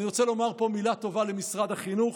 אני רוצה לומר פה מילה טובה למשרד החינוך.